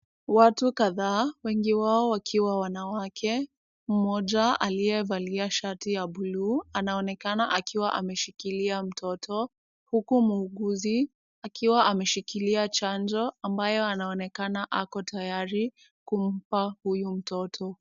Watu kadhaa, wengi wao wakiwa wanawake, mmoja aliyevalia shati ya buluu .anaonekana akiwa ameshikilia mtoto huku muuguzi akiwa ameshikiria chanjo, ambayo anaonekana ako tayari kumpa huyu mtoto.